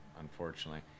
unfortunately